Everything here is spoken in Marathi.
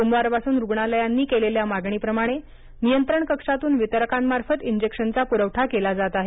सोमवारपासून रुग्णालयांनी केलेल्या मागणीप्रमाणे नियंत्रण कक्षातन वितरकामार्फत इजेक्शनचा पूरवठा केला जात आहे